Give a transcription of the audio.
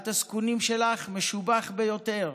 בת הזקונים שלך, משובח ביותר,